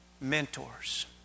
Mentors